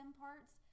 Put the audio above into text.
parts